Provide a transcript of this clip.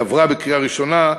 היא עברה בקריאה ראשונה,